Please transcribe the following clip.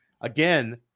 Again